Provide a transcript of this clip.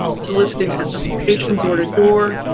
soliciting participation door-to-door,